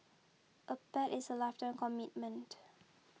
a pet is a lifetime commitment